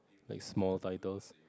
like small titles